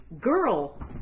girl